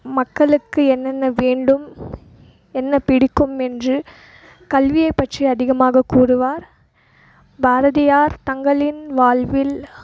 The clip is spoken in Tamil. மக்களுக்கு என்னென்ன வேண்டும் என்ன பிடிக்கும் என்று கல்வியைப் பற்றி அதிகமாக கூறுவார் பாரதியார் தங்களின் வாழ்வில்